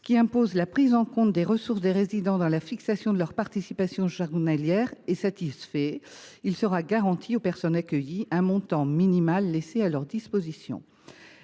à imposer la prise en compte des ressources des résidents dans la fixation de leur participation journalière, est satisfait : il sera garanti aux personnes accueillies un montant minimal laissé à leur disposition.